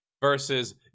versus